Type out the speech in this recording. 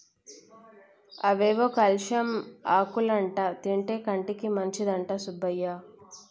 అవేవో కోలేకేసియం ఆకులంటా తింటే కంటికి మంచిదంట సుబ్బయ్య